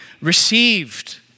received